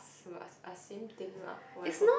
are are same things lah whatever